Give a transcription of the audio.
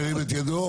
ירים את ידו.